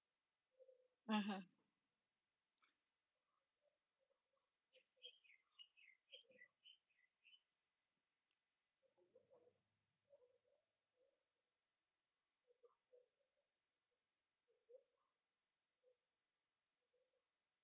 mmhmm